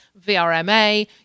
VRMA